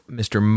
mr